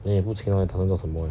那你不勤劳你打算要做什么